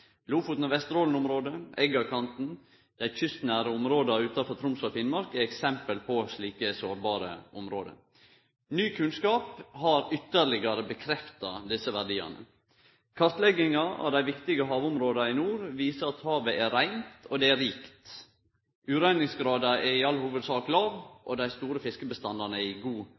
Lofoten- og Vesterålen-området, Eggakanten og dei kystnære områda utanfor Troms og Finnmark er eksempel på slike sårbare område. Ny kunnskap har ytterlegare bekrefta desse verdiane. Kartlegginga av dei viktige havområda i nord viser at havet er reint og det er rikt. Ureiningsgraden er i all hovudsak låg, og dei store fiskebestandane er i god